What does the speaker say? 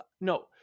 No